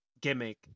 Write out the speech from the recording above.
gimmick